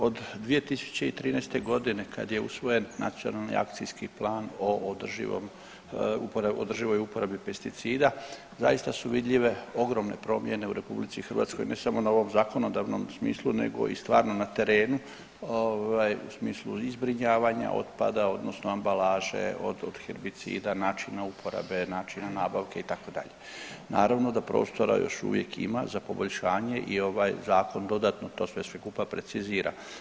Od 2013.g. kada je usvojen Nacionalni akcijski plan o održivoj uporabi pesticida zaista su vidljive ogromne promjene u RH, ne samo na ovom zakonodavnom smislu nego i stvarno na terenu u smislu i zbrinjavanja otpada odnosno ambalaže od herbicida, načina u porabe, načina nabavke itd., naravno da prostora još uvijek ima za poboljšanje i ovaj zakon dodatno to sve skupa precizira.